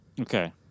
Okay